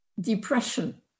depression